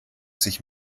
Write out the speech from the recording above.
sich